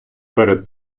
перед